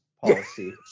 policy